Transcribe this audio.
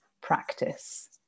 practice